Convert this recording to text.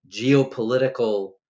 geopolitical